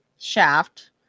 Shaft